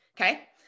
Okay